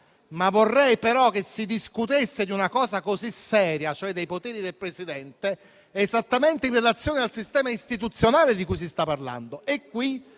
vorrei però che si discutesse di una cosa così seria, cioè dei poteri del Presidente della Repubblica, esattamente in relazione al sistema istituzionale di cui si sta parlando